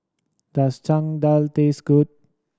does Dal taste good